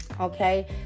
Okay